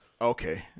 Okay